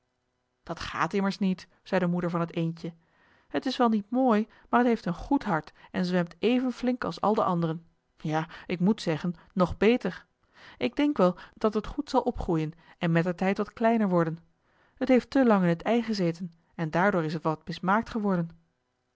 dat gaat immers niet zei de moeder van het eendje het is wel niet mooi maar het heeft een goed hart en zwemt even flink als al de anderen ja ik moet zeggen nog beter ik denk wel dat het goed zal opgroeien en mettertijd wat kleiner worden het heeft te lang in het ei gezeten en daardoor is het wat mismaakt geworden